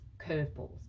curveballs